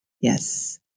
yes